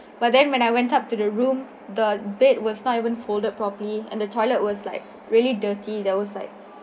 but then when I went up to the room the bed was not even folded properly and the toilet was like really dirty there was like